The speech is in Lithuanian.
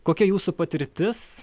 kokia jūsų patirtis